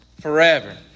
forever